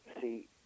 see